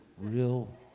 real